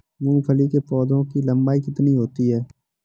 मूंगफली के पौधे की लंबाई कितनी होती है?